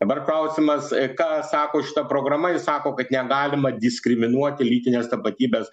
dabar klausimas ką sako šita programa ji sako kad negalima diskriminuoti lytinės tapatybės